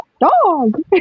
dog